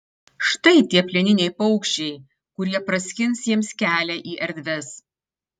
štai tie plieniniai paukščiai kurie praskins jiems kelią į erdves